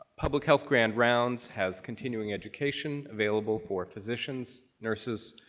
public health grand rounds has continuing education available for physicians, nurses,